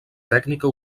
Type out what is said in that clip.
tècnica